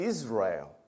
Israel